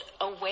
away